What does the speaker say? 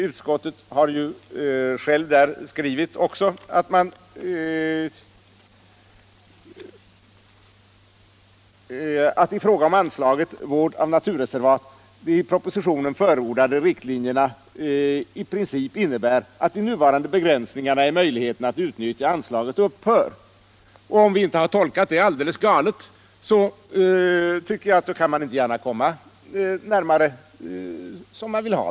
Utskottet har också skrivit att i fråga om anslaget Vård av naturreservat m.m. de i propositionen förordade riktlinjerna i princip innebär att de nuvarande begränsningarna i möjligheterna att utnyttja anslaget upphör. Om vi inte har tolkat det alldeles galet, tycker jag att man inte gärna kan komma närmare den ordning som vi vill ha.